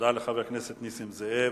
תודה לחבר הכנסת נסים זאב.